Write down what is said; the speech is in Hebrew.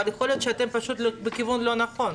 אבל יכול להיות שאתם פשוט בכיוון לא נכון.